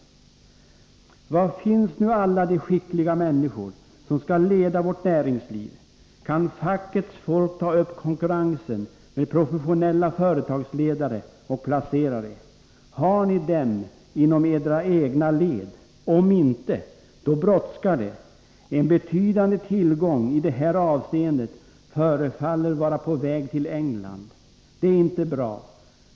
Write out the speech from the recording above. Var finns nu alla de skickliga människor som skall leda vårt näringsliv? Kan fackets folk ta upp konkurrensen med professionella företagsledare och placerare? Har ni dem inom era egna led? Om inte, då brådskar det. En betydande tillgång i det här avseendet förefaller vara på väg till England. Det ärinte bra.